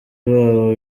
babo